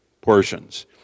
portions